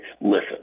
listen